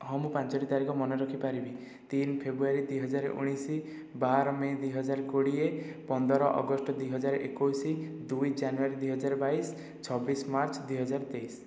ହଁ ମୁଁ ପାଞ୍ଚୋଟି ତାରିଖ ମାନେ ରଖିପାରିବି ତିନ ଫେବୃଆରୀ ଦୁଇ ହଜାର ଉଣେଇଶ ବାର ମେ' ଦୁଇ ହଜାର କୋଡ଼ିଏ ପନ୍ଦର ଅଗଷ୍ଟ ଦୁଇ ହଜାର ଏକୋଇଶ ଦୁଇ ଜାନୁଆରୀ ଦୁଇ ହଜାର ବାଇଶ ଛବିଶ ମାର୍ଚ୍ଚ ଦୁଇ ହଜାର ତେଇଶ